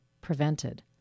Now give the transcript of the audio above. prevented